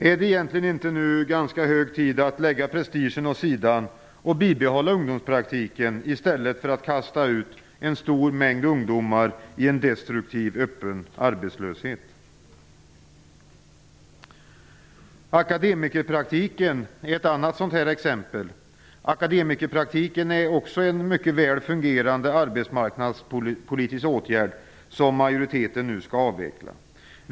Är det egentligen inte hög tid att lägga prestigen åt sidan och bibehålla ungdomspraktiken, i stället för att kasta ut en stor mängd ungdomar i en destruktiv öppen arbetslöshet? Akademikerpraktiken är ett annat sådant här exempel. Akademikerpraktiken är också en mycket väl fungerande arbetsmarknadspolitisk åtgärd som majoriteten nu skall avveckla.